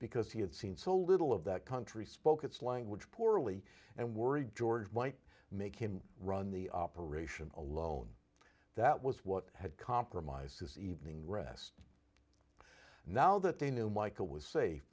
because he had seen so little of that country spoke its language poorly and worry george might make him run the operation alone that was what had compromised his evening rest now that they knew michael was sa